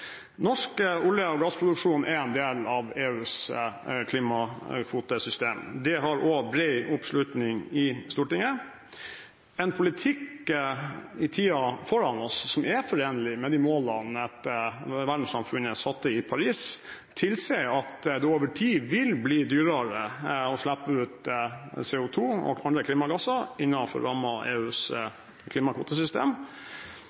Norsk olje- og gassproduksjon er en del av EUs klimakvotesystem. Det har også bred oppslutning i Stortinget. En politikk for tiden som ligger foran oss, og som er forenlig med målene som verdenssamfunnet satte seg i Paris, tilsier at det over tid vil bli dyrere å slippe ut CO2 og andre klimagasser innenfor rammen av EUs